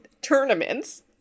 tournaments